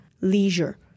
leisure